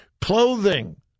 clothing